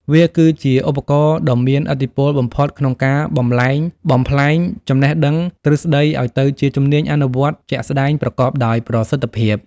វាគឺជាឧបករណ៍ដ៏មានឥទ្ធិពលបំផុតក្នុងការបំប្លែងចំណេះដឹងទ្រឹស្ដីឱ្យទៅជាជំនាញអនុវត្តជាក់ស្ដែងប្រកបដោយប្រសិទ្ធភាព។